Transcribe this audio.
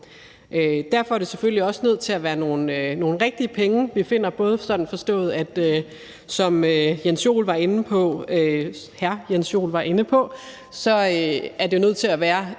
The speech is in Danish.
Derfor er det selvfølgelig også nødt til at være nogle rigtige penge, vi finder, både sådan forstået, som hr. Jens Joel var inde på, at det jo er nødt til at være